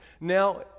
Now